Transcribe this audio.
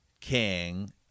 king